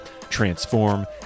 transform